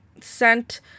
sent